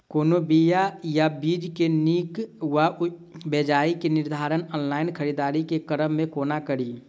कोनों बीया वा बीज केँ नीक वा बेजाय केँ निर्धारण ऑनलाइन खरीददारी केँ क्रम मे कोना कड़ी?